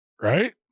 right